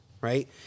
right